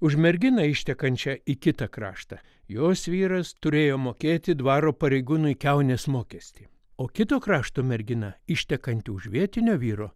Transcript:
už merginą ištekančią į kitą kraštą jos vyras turėjo mokėti dvaro pareigūnui kiaunės mokestį o kito krašto mergina ištekanti už vietinio vyro